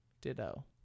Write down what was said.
ditto